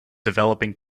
developing